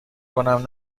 کنم